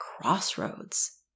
crossroads